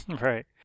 right